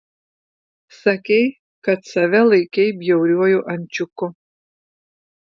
sakei kad save laikei bjauriuoju ančiuku